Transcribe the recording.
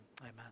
Amen